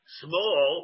small